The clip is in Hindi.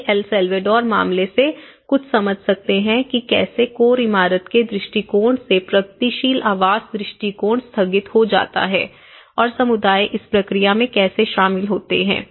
ये अल सल्वाडोर मामले से कुछ समझ सकते हैं कि कैसे कोर इमारत के दृष्टिकोण से प्रगतिशील आवास दृष्टिकोण स्थगित हो जाता है और समुदाय इस प्रक्रिया में कैसे शामिल होते हैं